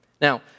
Now